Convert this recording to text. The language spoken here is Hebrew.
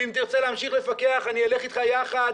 אם תרצה להמשיך לפקח, אני אלך איתך יחד,